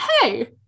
Hey